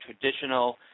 traditional